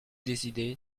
décidé